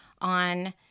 on